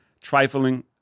trifling